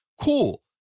Cool